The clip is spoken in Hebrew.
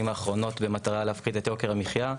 האחרונות במטרה להפחית את יוקר המחיה,